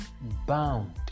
bound